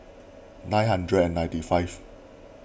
nine hundred and ninety five